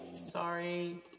Sorry